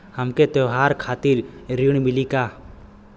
हमके त्योहार खातिर ऋण मिली का?